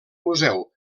museu